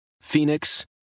Phoenix